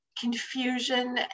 confusion